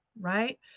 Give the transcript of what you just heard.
right